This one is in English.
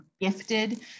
gifted